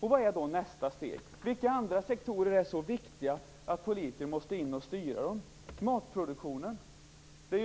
Vilket är då nästa steg? Vilka andra sektorer är så viktiga att politiker måste in och styra dem? Är matproduktionen en sådan sektor?